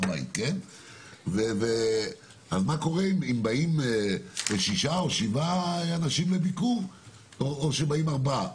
אז מה קורה אם באים שישה או שבעה אנשים לביקור או שבאים ארבעה?